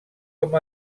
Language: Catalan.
com